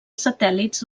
satèl·lits